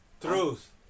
Truth